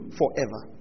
forever